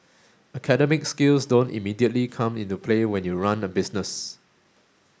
academic skills don't immediately come into play when you run a business